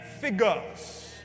figures